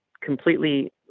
completely